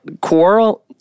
quarrel